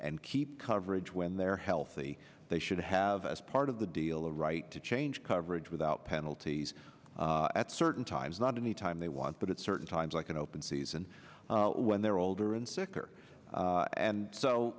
and keep coverage when they're healthy they should have as part of the deal a right to change coverage without penalties at certain times not in the time they want but it's certain times like an open season when they're older and sicker and so